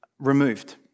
removed